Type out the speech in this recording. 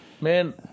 Man